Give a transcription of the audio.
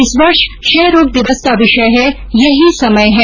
इस वर्ष क्षय रोग दिवस का विषय है यही समय है